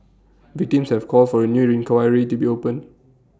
victims have called for A new inquiry to be opened